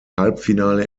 halbfinale